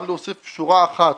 גם להוסיף שורה אחת,